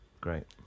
Great